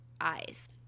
eyes